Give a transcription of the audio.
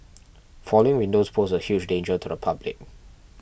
falling windows pose a huge danger to the public